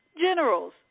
generals